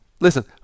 Listen